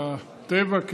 לטבע,